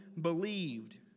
believed